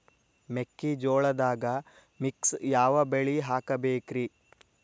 ಮೆಕ್ಕಿಜೋಳದಾಗಾ ಮಿಕ್ಸ್ ಯಾವ ಬೆಳಿ ಹಾಕಬೇಕ್ರಿ?